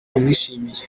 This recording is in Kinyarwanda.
bamwishimiye